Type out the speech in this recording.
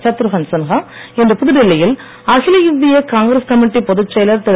சத்ருகன் சின்ஹா இன்று புதுடில்லி யில் அகில இந்திய காங்கிரஸ் கமிட்டி பொதுச்செயலர் திரு